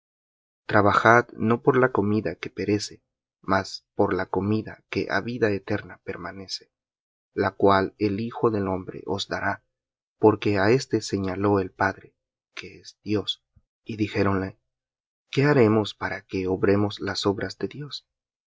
la comida que perece mas por la comida que á vida eterna permanece la cual el hijo del hombre os dará porque á éste señaló el padre dios y dijéronle qué haremos para que obremos las obras de dios